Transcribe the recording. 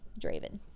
Draven